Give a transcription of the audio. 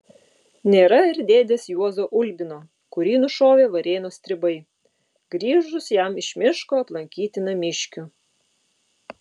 nėra ir dėdės juozo ulbino kurį nušovė varėnos stribai grįžus jam iš miško aplankyti namiškių